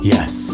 Yes